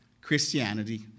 Christianity